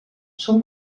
són